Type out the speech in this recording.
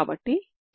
అవుతుంది